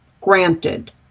granted